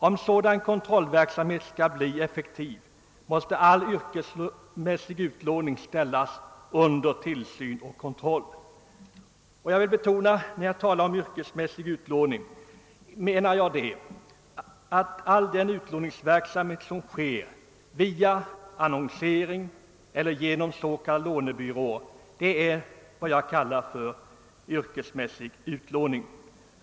Om en sådan kontrollverksamhet skall bli effektiv måste all yrkesmässig utlåning ställas under tillsyn och kontroll. När jag talar om yrkesmässig utlåning menar jag all utlåningsverksamhet som sker via annonsering eller genom s.k. lånebyråer.